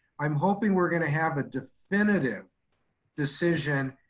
i'm hoping we're gonna have a definitive decision